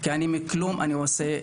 כי מכלום אני עושה המון.